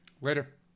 Later